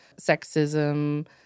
sexism